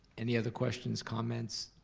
any other questions, comments?